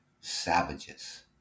savages